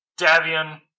Davian